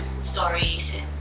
stories